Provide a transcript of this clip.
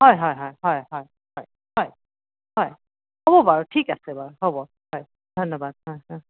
হয় হয় হয় হয় হয় হয় হয় হয় হ'ব বাৰু ঠিক আছে বাৰু হ'ব হয় ধন্যবাদ